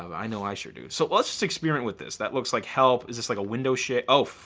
i know i sure do. so let's just experiment with this. that looks like help. is this like a window sha oh,